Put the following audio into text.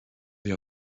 the